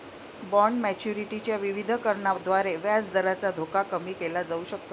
bond maturity च्या विविधीकरणाद्वारे व्याजदराचा धोका कमी केला जाऊ शकतो